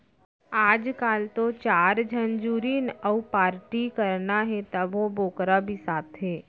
आजकाल तो चार झन जुरिन अउ पारटी करना हे तभो बोकरा बिसाथें